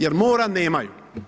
Jer mora nemaju.